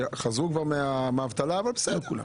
חזרו כבר מהאבטלה אבל בסדר.